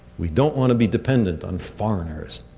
we don't want to be dependent on foreigners.